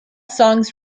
songs